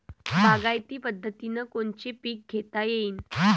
बागायती पद्धतीनं कोनचे पीक घेता येईन?